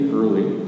early